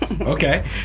Okay